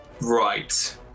Right